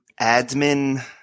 admin